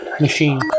machine